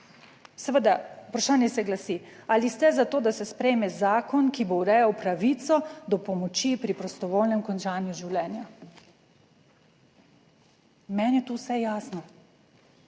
Seveda vprašanje se glasi: Ali ste za to, da se sprejme zakon, ki bo urejal pravico do pomoči pri prostovoljnem končanju življenja? Meni je to vse jasno,